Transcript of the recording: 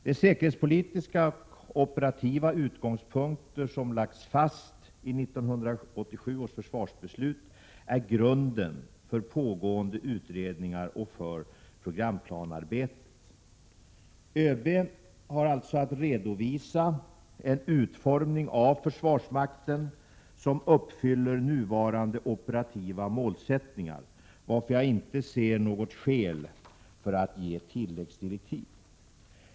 De säkerhetspolitiska och operativa utgångspunkter som lagts fast i 1987 års försvarsbeslut är grunden för pågående utredningar och för programplanearbetet. Överbefälhavaren har alltså att redovisa en utformning av försvarsmakten som uppfyller nuvarande operativa målsättningar, varför jag inte ser något skäl för att ge tilläggsdirektiv.